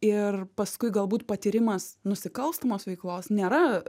ir paskui galbūt patyrimas nusikalstamos veiklos nėra